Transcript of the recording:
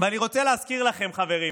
אני רוצה להזכיר לכם, חברים,